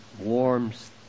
warms